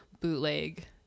bootleg